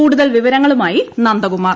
കൂടുതൽ വിവരങ്ങളുമായി നന്ദകുമാർ